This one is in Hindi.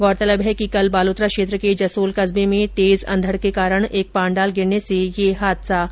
गौरतलब है कि कल बालोतरा क्षेत्र के जसोल कस्बे में तेज अंधड़ के कारण एक पाण्डाल गिरने से ये हादसा हुआ था